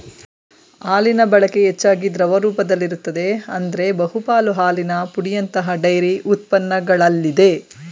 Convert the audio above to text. ಹಾಲಿನಬಳಕೆ ಹೆಚ್ಚಾಗಿ ದ್ರವ ರೂಪದಲ್ಲಿರುತ್ತದೆ ಆದ್ರೆ ಬಹುಪಾಲು ಹಾಲಿನ ಪುಡಿಯಂತಹ ಡೈರಿ ಉತ್ಪನ್ನಗಳಲ್ಲಿದೆ